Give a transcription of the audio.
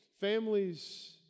families